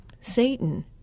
Satan